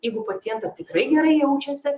jeigu pacientas tikrai gerai jaučiasi